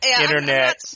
internet